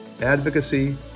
advocacy